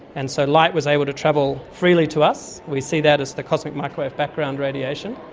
and so light was able to travel freely to us. we see that as the cosmic microwave background radiation,